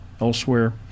elsewhere